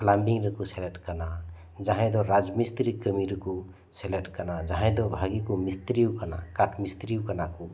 ᱞᱟᱵᱤᱱ ᱨᱮᱠᱚ ᱥᱮᱞᱮᱫ ᱟᱠᱟᱱᱟ ᱡᱟᱦᱟᱭ ᱫᱚ ᱨᱟᱡᱽ ᱢᱤᱥᱛᱨᱤ ᱠᱟᱹᱢᱤ ᱨᱮᱠᱚ ᱥᱮᱞᱮᱫ ᱟᱠᱟᱱᱟ ᱡᱟᱦᱟᱭ ᱫᱚ ᱵᱷᱟᱹᱜᱤ ᱠᱚ ᱢᱤᱥᱛᱨᱤ ᱟᱠᱟᱱᱟ ᱠᱟᱴ ᱢᱤᱥᱛᱨᱤ ᱟᱠᱟᱱᱟ ᱠᱩ